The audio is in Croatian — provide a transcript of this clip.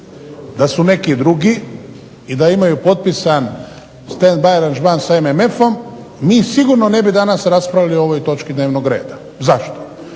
da su neki drugi, i da imaju potpisan stand by aranžman sa MMF-om mi sigurno ne bi danas raspravljali o ovoj točki dnevnog reda, zašto?